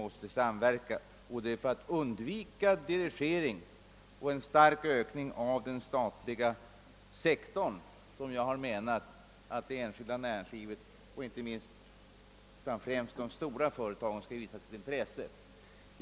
Det är för att undvika dirigering och en stark ökning av den statliga sektorn som det enskilda näringslivet, och främst de stora företagen, enligt min mening bör visa sitt intresse.